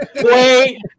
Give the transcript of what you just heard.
wait